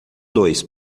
dois